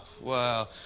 wow